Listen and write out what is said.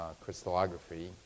crystallography